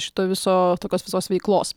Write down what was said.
šito viso tokios visos veiklos